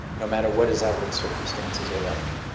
no matter what his outward circumstances are like.